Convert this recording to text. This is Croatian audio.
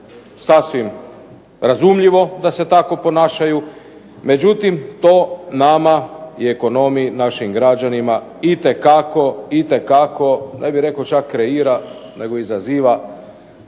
sasvim razumljivo da se tako ponašaju, međutim to nama i ekonomiji, našim građanima itekako, ne bih rekao čak kreira nego izaziva